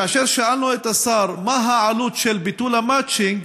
כאשר שאלנו את השר מה העלות של ביטול המצ'ינג,